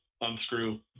unscrew